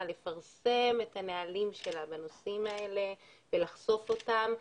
לפרסם את הנהלים שלה בנושאים האלה ולחשוף אותם.